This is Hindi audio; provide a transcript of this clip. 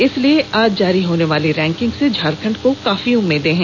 इसलिए आज जारी होनेवाली रैंकिंग से झारखंड को काफी उम्मीद है